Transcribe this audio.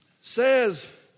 Says